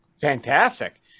fantastic